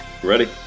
ready